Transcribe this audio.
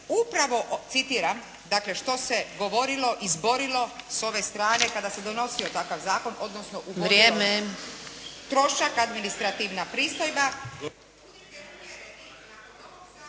upravo citiram dakle što se govorilo i zborilo s ove strane kada se donosio takav zakon, odnosno uvodilo trošak administrativna pristojba.